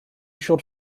short